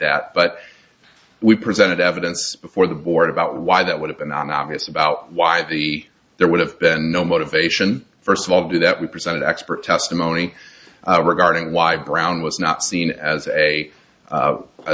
that but we presented evidence before the board about why that would have been an obvious about why the there would have been no motivation first of all do that we presented expert testimony regarding why brown was not seen as a